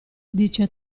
dice